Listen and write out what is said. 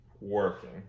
working